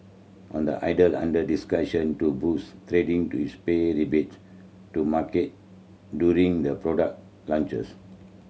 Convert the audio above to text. on the either under discussion to boost trading is pay rebate to market during the product launches